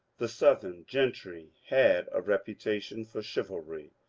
the southern gentry had a reputation for chivalry.